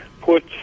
put